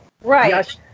Right